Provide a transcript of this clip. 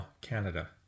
Canada